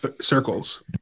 circles